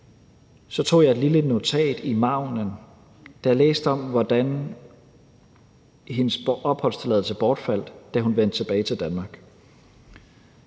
tog jeg et lille notat i margenen, da jeg læste om, hvordan hendes opholdstilladelse bortfaldt, da hun vendte tilbage til Danmark.